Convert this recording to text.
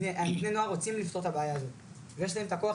בני נוער רוצים לפתור את הבעיה הזו ויש להם כוח,